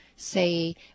say